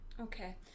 Okay